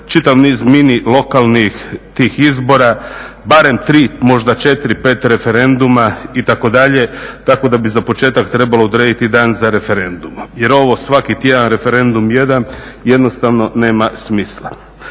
čitav niz mini lokalnih tih izbora, barem tri, možda četiri, pet referenduma itd. Tako da bi za početak trebalo odrediti dan za referendum. Jer ovo svaki tjedan referendum jedan jednostavno nema smisla.